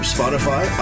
Spotify